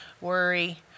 worry